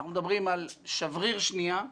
אנחנו מדברים על שבריר שנייה,